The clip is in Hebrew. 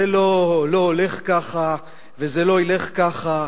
זה לא הולך כך, וזה לא ילך כך.